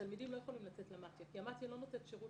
התלמידים לא יכולים לצאת למתי"ה כי המתי"ה לא נותנת שירות